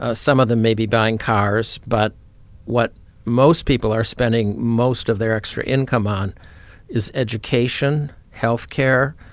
ah some of them may be buying cars. but what most people are spending most of their extra income on is education, health care,